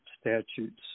statutes